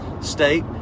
state